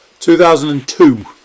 2002